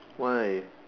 why